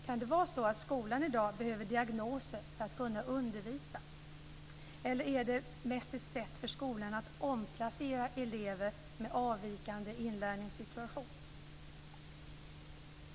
Kan det vara så att skolan i dag behöver diagnoser för att kunna undervisa, eller är det mest ett sätt för skolan att omplacera elever med avvikande inlärningssituation?